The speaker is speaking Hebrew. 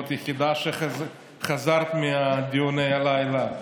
ואת היחידה שחזרה מדיוני הלילה.